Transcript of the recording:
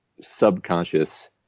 subconscious